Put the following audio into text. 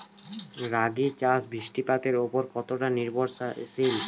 রাগী চাষ বৃষ্টিপাতের ওপর কতটা নির্ভরশীল?